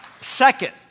Second